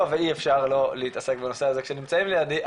ואי אפשר לא להתעסק בנושא הזה כשנמצאים לידי,